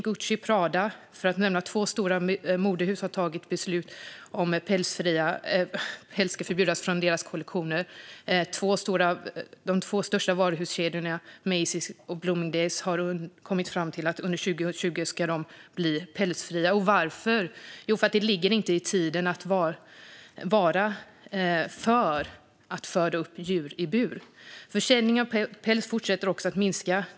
Gucci och Prada, för att nämna två stora modehus, har tagit beslut om att förbjuda päls i sina kollektioner. De två största varuhuskedjorna, Macy's och Bloomingdale's, har kommit fram till att de ska bli pälsfria under 2020. Varför? Jo, för att det inte ligger i tiden att vara för uppfödning av djur i bur. Försäljningen av päls fortsätter också att minska.